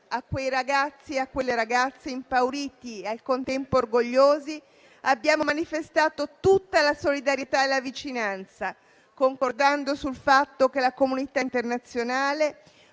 A quei ragazzi e a quelle ragazze, impauriti e al contempo orgogliosi, abbiamo manifestato tutta la solidarietà e la vicinanza, concordando sul fatto che la comunità internazionale,